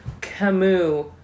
Camus